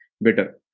better